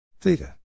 Theta